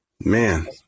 Man